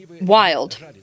Wild